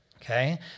Okay